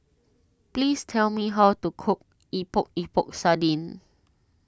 please tell me how to cook Epok Epok Sardin